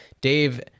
Dave